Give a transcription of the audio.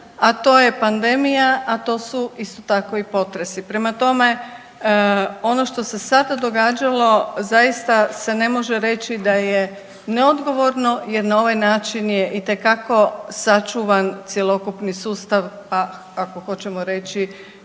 a to je pandemija, a to su isto tako i potresi. Prema tome, ono što se sada događalo zaista se ne može reći da je neodgovorno jer na ovaj način je itekako sačuvan cjelokupan sustav, pa ako hoćemo reći